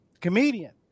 comedian